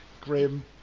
Grim